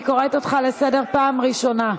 אני קוראת אותך לסדר פעם ראשונה.